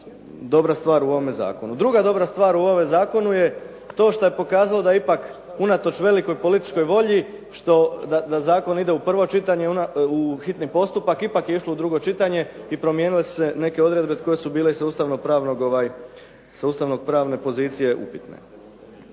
dobra stvar u ovome zakonu. Druga dobra stvar u ovome zakonu je to što je pokazalo da je ipak unatoč velikoj političkoj volji da zakon ide u prvo čitanje, u hitni postupak ipak je išlo u drugo čitanje i promijenile su se neke odredbe koje su bile i sa ustavno-pravne pozicije upitne.